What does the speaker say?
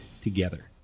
together